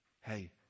Hey